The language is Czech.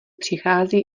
přichází